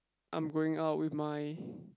I'm going out with my